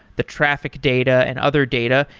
the traffic data and other data.